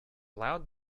loud